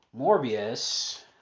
morbius